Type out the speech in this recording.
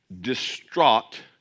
distraught